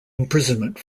imprisonment